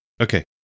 Okay